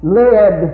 led